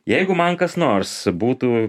jeigu man kas nors būtų